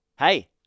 Hey